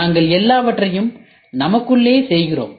நாங்கள் எல்லாவற்றையும் நமக்குள்ளேயே செய்கிறோம்